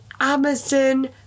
Amazon